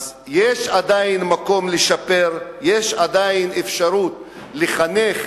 אז יש עדיין מקום לשפר, יש עדיין אפשרות לחנך